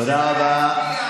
תודה רבה.